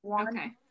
Okay